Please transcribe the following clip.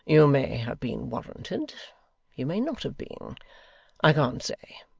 you may have been warranted you may not have been i can't say.